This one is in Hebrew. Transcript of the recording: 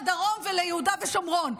לדרום וליהודה ושומרון.